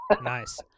Nice